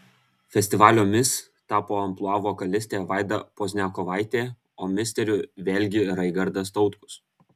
festivalio mis tapo amplua vokalistė vaida pozniakovaitė o misteriu vėlgi raigardas tautkus